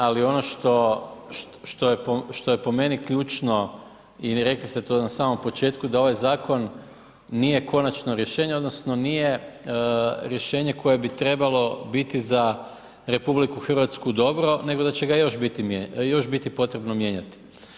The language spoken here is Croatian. Ali ono što je po meni ključno i rekli ste to na samom početku da ovaj zakon nije konačno rješenje odnosno nije rješenje koje bi trebalo biti za Republiku Hrvatsku dobro, nego da će ga još biti potrebno mijenjati.